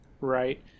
right